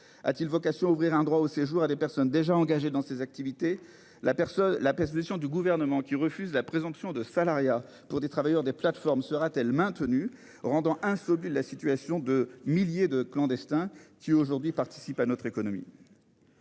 A-t-il vocation à ouvrir un droit au séjour à des personnes déjà engagés dans ces activités, la personne la perquisition du gouvernement qui refuse la présomption de salariat pour des travailleurs des plateformes sera-t-elle maintenue rendant insolite de la situation de milliers de clandestins qui aujourd'hui participe à notre économie.--